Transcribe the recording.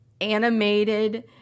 animated